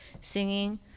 singing